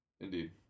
Indeed